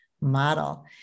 Model